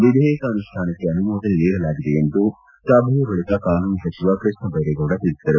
ವಿಧೇಯಕ ಅನುಷ್ಠಾನಕ್ಕೆ ಅನುಮೋದನೆ ನೀಡಲಾಗಿದೆ ಎಂದು ಸಭೆಯ ಬಳಿಕ ಕಾನೂನು ಸಚಿವ ಕೃಷ್ಣ ಬೈರೇಗೌಡ ತಿಳಿಸಿದರು